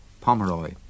Pomeroy